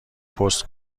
پست